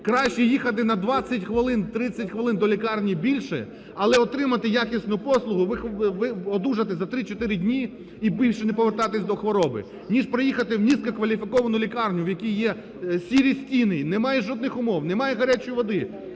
Краще їхати на 20 хвилин, 30 хвилин до лікарні більше, але отримати якісну послугу, одужати за 3-4 дні і більше не повертатись до хвороби, ніж приїхати в низькокваліфіковану лікарню, в якій є сірі стіни, немає жодних умов, немає гарячої води,